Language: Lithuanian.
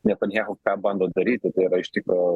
netanyahu tą bando daryti tai yra iš tikro